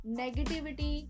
negativity